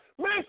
Man